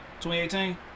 2018